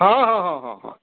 ହଁ ହଁ ହଁ ହଁ